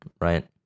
right